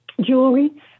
jewelry